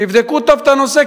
תבדקו טוב את הנושא,